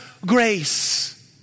grace